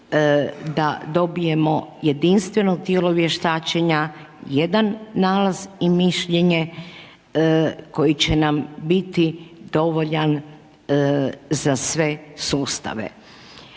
da dobijemo jedinstveno tijelo vještačenja, jedan nalaz i mišljenje koji će nam biti dovoljan za sve sustave.